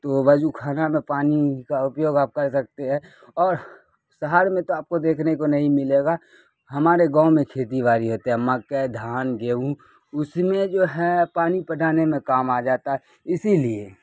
تو وضو خانہ میں پانی کا اپیوگ آپ کر سکتے ہے اور شہر میں تو آپ کو دیکھنے کو نہیں ملے گا ہمارے گاؤں میں کھیتی باڑی ہوتی ہے مکئی دھان گیہوں اس میں جو ہے پانی پٹانے میں کام آ جاتا ہے اسی لیے